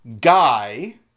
guy